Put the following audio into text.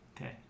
Okay